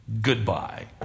goodbye